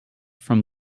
from